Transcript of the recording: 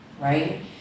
right